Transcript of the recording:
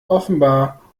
offenbar